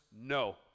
No